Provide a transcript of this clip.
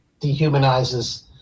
dehumanizes